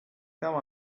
come